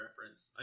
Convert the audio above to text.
reference